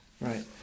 Right